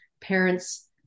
Parents